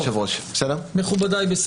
בסדר, מכובדיי.